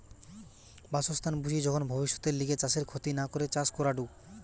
বাসস্থান বুঝি যখন ভব্যিষতের লিগে চাষের ক্ষতি না করে চাষ করাঢু